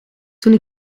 toen